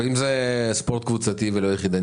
ואם זה ספורט קבוצתי ולא יחידני?